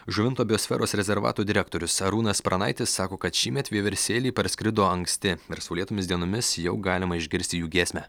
žuvinto biosferos rezervato direktorius arūnas pranaitis sako kad šįmet vieversėliai parskrido anksti ir saulėtomis dienomis jau galima išgirsti jų giesmę